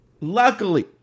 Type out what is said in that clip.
luckily